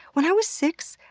when i was six,